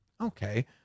Okay